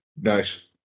Nice